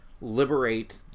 liberate